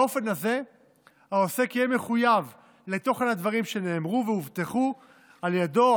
באופן הזה העוסק יהיה מחויב לתוכן הדברים שנאמרו והובטחו על ידו,